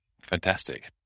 Fantastic